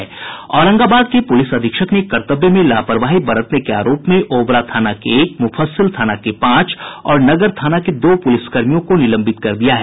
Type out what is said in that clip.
औरंगाबाद के पुलिस अधीक्षक ने कर्तव्य में लापरवाही बरतने के आरोप में ओबरा थाना के एक मुफस्सिल थाना के पांच और नगर थाना के दो पुलिसकर्मियों को निलंबित कर दिया है